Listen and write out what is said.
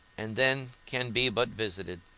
and then can be but visited!